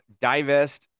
divest